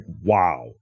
wow